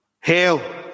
Hail